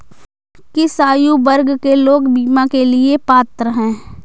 किस आयु वर्ग के लोग बीमा के लिए पात्र हैं?